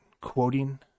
quoting